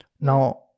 Now